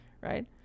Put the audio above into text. right